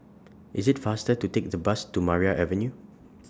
IS IT faster to Take The Bus to Maria Avenue